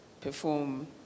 perform